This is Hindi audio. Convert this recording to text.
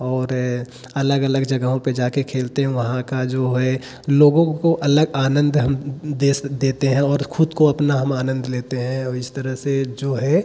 और अलग अलग जगहों पे जाके खेलते हैं वहाँ का जो है लोगों को अलग आनंद हम दे देते हैं और खुद को अपना हम आनंद लेते हैं और इस तरह से जो है